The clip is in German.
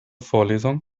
vorlesung